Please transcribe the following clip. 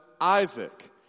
Isaac